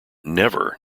never